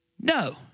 no